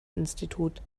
institut